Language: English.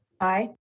Aye